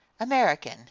american